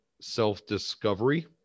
self-discovery